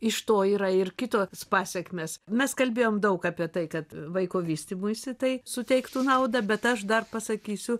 iš to yra ir kitos pasekmės mes kalbėjom daug apie tai kad vaiko vystymuisi tai suteiktų naudą bet aš dar pasakysiu